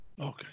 okay